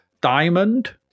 Diamond